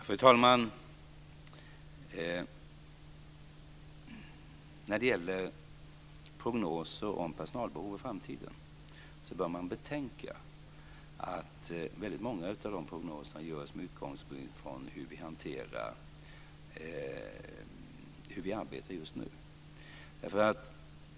Fru talman! När det gäller prognoser om personalbehov i framtiden bör man betänka att många av dem görs med utgångspunkt i hur vi arbetar just nu.